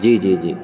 جی جی جی